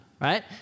right